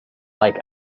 like